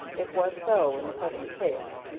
it was so in the present case,